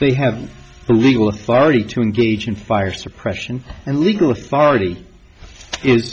they have the legal authority to engage in fire suppression and legal authority is